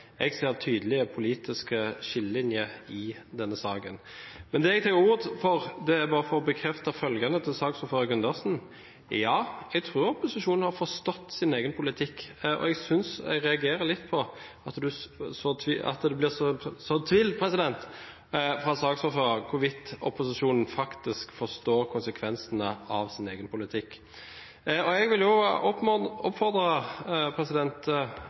Jeg ser tydelige politiske skillelinjer i denne saken. Men det jeg tar ordet for, er – bare for å bekrefte følgende til saksordfører Gundersen: Ja, jeg tror opposisjonen har forstått sin egen politikk, og jeg reagerer litt på at det blir sådd tvil fra saksordføreren om hvorvidt opposisjonen faktisk forstår konsekvensene av sin egen politikk. Jeg vil også oppfordre